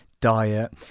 diet